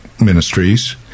ministries